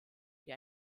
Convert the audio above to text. die